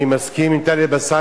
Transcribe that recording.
אני מסכים עם חבר הכנסת טלב אלסאנע.